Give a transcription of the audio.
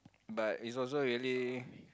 but it's also really